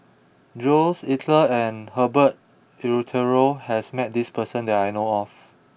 Jules Itier and Herbert Eleuterio has met this person that I know of